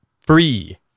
free